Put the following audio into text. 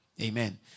Amen